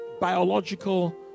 biological